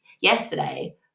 Yesterday